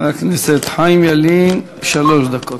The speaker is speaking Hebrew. חבר הכנסת חיים ילין, שלוש דקות לרשותך.